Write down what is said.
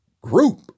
group